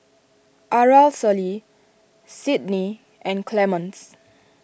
Aracely Cydney and Clemens